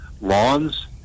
lawns